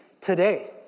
today